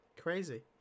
Crazy